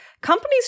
companies